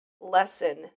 lesson